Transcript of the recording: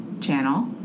channel